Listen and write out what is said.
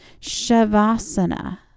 Shavasana